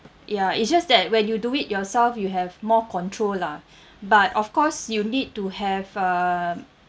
ya it's just that when you do it yourself you have more control lah but of course you need to have um